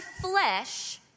flesh